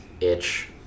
itch